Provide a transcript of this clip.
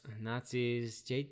Nazis